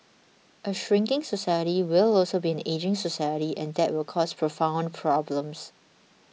a shrinking society will also be an ageing society and that will cause profound problems